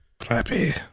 Crappy